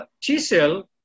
chisel